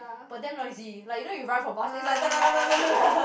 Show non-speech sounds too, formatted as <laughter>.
but damn noisy like you know you run for bus it's like <noise> <laughs>